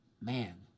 man